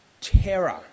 terror